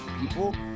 people